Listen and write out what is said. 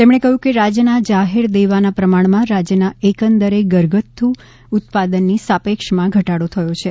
તેમણે કહ્યું કે રાજ્યના જાહેર દેવાના પ્રમાણમાં રાજ્યના એકંદર ઘરગથ્થુ ઉત્પાદનની સાપેક્ષમાં ઘટાડો થયો છે